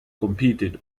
competed